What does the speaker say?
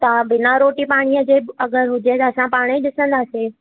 तव्हां बिना रोटी पाणीअ जे बि अगरि हुजे त असां पाणे ई ॾिसंदासीं